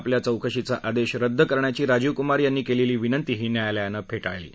आपल्या चौकशीचा आदेश करण्याची राजीव कुमार यांनी केलेली विनंतीही न्यायालयानं रद्द फेटाळली आहे